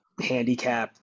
handicap